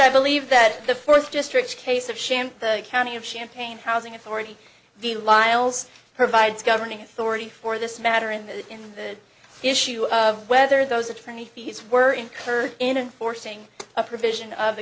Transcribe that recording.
i believe that the fourth district case of sham county of champagne housing authority the liles provides governing authority for this matter in the in the issue of whether those attorney fees were incurred in forcing a provision of the